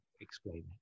explain